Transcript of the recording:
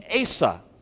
Asa